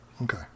Okay